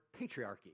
patriarchy